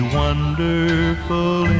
wonderful